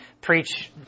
preach